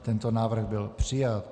Tento návrh byl přijat.